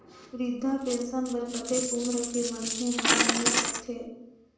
वृद्धा पेंशन बर कतेक उम्र के मनखे मन ल मिल सकथे?